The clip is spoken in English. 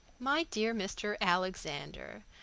my dear mr. alexander,